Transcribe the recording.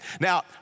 now